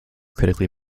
critically